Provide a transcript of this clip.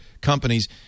companies